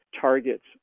targets